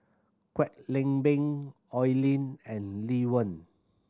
Kwek Leng Beng Oi Lin and Lee Wen